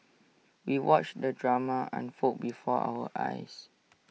we watched the drama unfold before our eyes